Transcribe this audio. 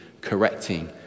correcting